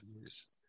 years